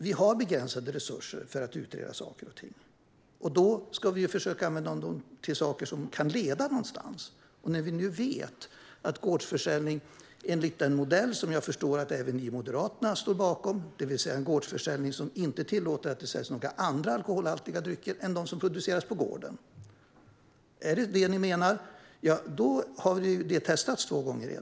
Vi har begränsade resurser för att utreda saker. Då ska vi försöka använda dem till sådant som kan leda någonstans. Gårdsförsäljning enligt den modell som även Moderaterna står bakom, det vill säga gårdsförsäljning som inte tillåter att det säljs några andra alkoholhaltiga drycker än de som produceras på gården, har redan testats två gånger.